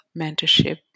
mentorship